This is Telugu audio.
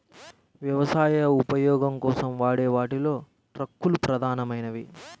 వ్యవసాయ ఉపయోగం కోసం వాడే వాటిలో ట్రక్కులు ప్రధానమైనవి